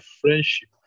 friendship